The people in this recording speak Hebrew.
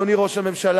אדוני ראש הממשלה,